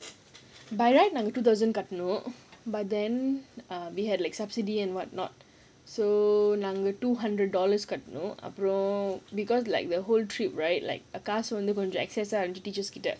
by right கட்டணும்:kattanum but then err we had like subsidy and what not so நான்:naan two hundred dollars கட்டணும்:kattanum because like the whole trip right like access